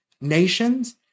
nations